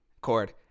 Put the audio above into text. chord